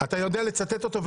אתה יודע לצטט אותו?